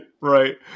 Right